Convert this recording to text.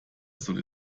soll